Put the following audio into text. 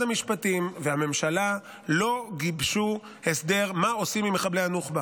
המשפטים והממשלה לא גיבשו הסדר מה עושים עם מחבלים הנוח'בה,